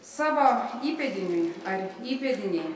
savo įpėdiniui ar įpėdinei